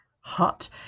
hut